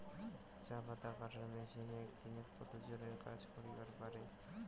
চা পাতা কাটার মেশিন এক দিনে কতজন এর কাজ করিবার পারে?